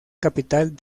capital